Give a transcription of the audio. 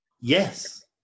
Yes